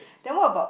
then what about